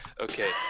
Okay